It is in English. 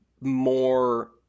more